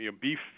beef